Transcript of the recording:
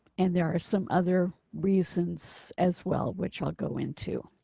and there are some other reasons as well, which i'll go into